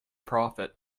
prophet